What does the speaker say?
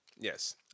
Yes